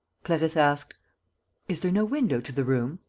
clarisse asked is there no window to the room?